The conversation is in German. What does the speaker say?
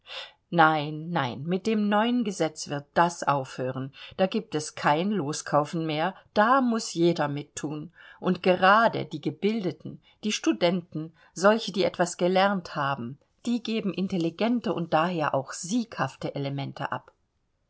nein nein mit dem neuen gesetz wird das aufhören da gibt es kein loskaufen mehr da muß jeder mitthun und gerade die gebildeten die studenten solche die etwas gelernt haben die geben intelligente und daher auch sieghafte elemente ab